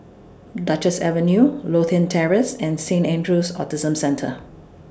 Duchess Avenue Lothian Terrace and Saint Andrew's Autism Centre